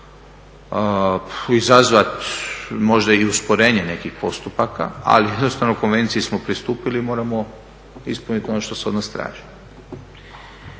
izazvat možda i usporenje nekih postupaka ali jednostavno Konvenciji smo pristupili i moramo ispuniti ono što se od nas traži.